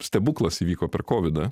stebuklas įvyko per kovidą